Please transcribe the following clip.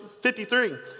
53